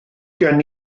gen